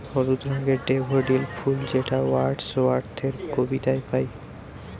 হলুদ রঙের ডেফোডিল ফুল যেটা ওয়ার্ডস ওয়ার্থের কবিতায় পাই